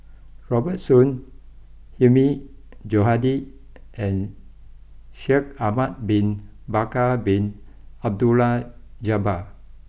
Robert Soon Hilmi Johandi and Shaikh Ahmad Bin Bakar Bin Abdullah Jabbar